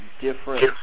different